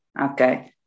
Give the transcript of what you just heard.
Okay